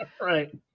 right